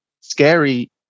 scary